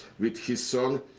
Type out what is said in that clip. with his son.